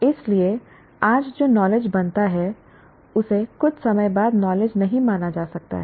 इसलिए आज जो नॉलेज बनता है उसे कुछ समय बाद नॉलेज नहीं माना जा सकता है